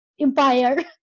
Empire